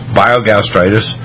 biogastritis